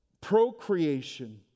Procreation